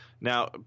Now